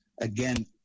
Again